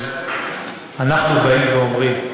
תקציבים, אז אנחנו באים ואומרים: